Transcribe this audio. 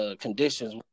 conditions